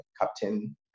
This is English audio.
captain